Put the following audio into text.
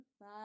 Bye